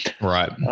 Right